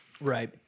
Right